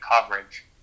coverage